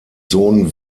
sohn